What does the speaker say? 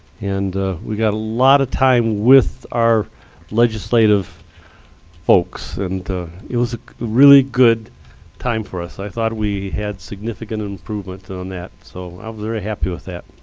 and we got a lot of time with our legislative folks. and it was a really good time for us. i thought we had significant and improvement on that. so i was very happy with that.